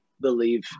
believe